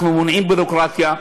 אנחנו מונעים ביורוקרטיה,